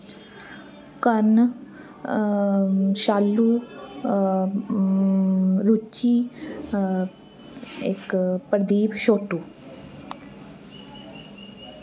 कर्ण शाल्लू रूची इक प्रदीप शोटू